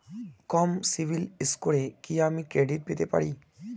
কম সিবিল স্কোরে কি আমি ক্রেডিট পেতে পারি?